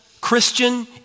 Christian